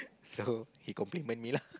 so he compliment me lah